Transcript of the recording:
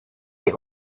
die